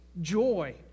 joy